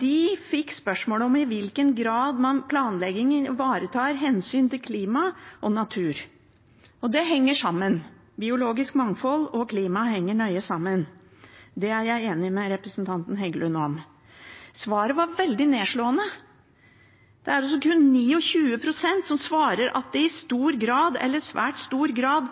De fikk spørsmål om i hvilken grad man i planleggingen ivaretar hensyn til klima og natur. Det henger sammen. Biologisk mangfold og klima henger nøye sammen; det er jeg enig med representanten Heggelund i. Svaret var veldig nedslående. Det er kun 29 pst. som svarer at det i stor grad eller svært stor grad